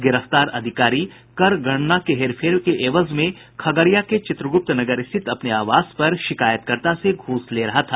गिरफ्तार अधिकारी कर गणना मे हेरफेर के एवज में खगड़िया के चित्रग्रप्त नगर स्थित अपने आवास पर शिकायतकर्ता से घूस ले रहा था